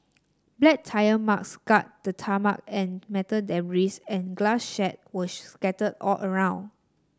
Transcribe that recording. black tyre mark scarred the tarmac and metal debris and glass shard were scattered all around